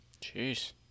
Jeez